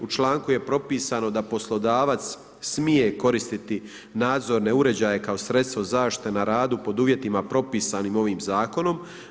U članku je propisano da poslodavac smije koristiti nadzorne uređaje kao sredstvo zaštite na radu pod uvjetima propisanim ovim zakonom.